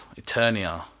Eternia